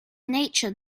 nature